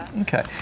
okay